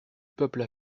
peuple